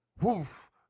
Woof